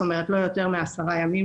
זאת אומרת לא יותר מעשרה ימים,